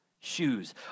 shoes